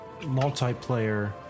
multiplayer